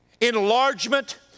enlargement